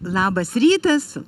labas rytas